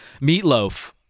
Meatloaf